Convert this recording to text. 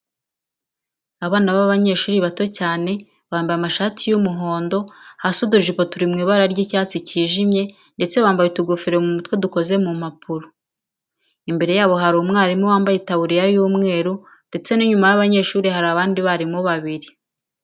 Abana b'abanyeshuri bato cyane bambaye amashati y'umuhondo hasi utujipo turi mu ibara ry'icyatsi kijimye ndetse bambaye utugofero mu mutwe dukoze mu mpapuro, imbere yabo hari umwarimu wambaye itaburiya y'umweru ndetse n'inyuma y'abanyeshuri hari abandi batimu babiri.